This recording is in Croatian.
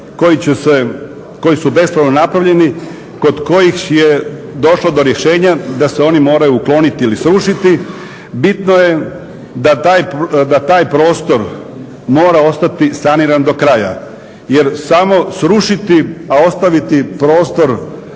koji su bespravno napravljeni kod kojih je došlo do rješenja da se oni moraju otkloniti ili srušiti bitno je da taj prostor mora ostati saniran do kraja. Jer samo srušiti, a ostaviti prostor